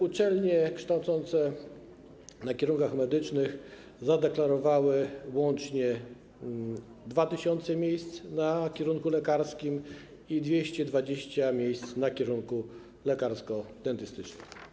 Uczelnie kształcące na kierunkach medycznych zadeklarowały łącznie 2000 miejsc na kierunku lekarskim i 220 miejsc na kierunku lekarsko-dentystycznym.